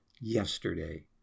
yesterday